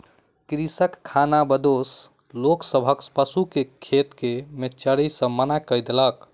कृषक खानाबदोश लोक सभक पशु के खेत में चरै से मना कय देलक